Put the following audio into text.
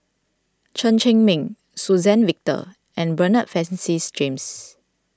Chen Cheng Mei Suzann Victor and Bernard Francis James